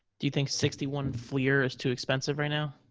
do you think sixty one fleer is too expensive right now?